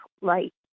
light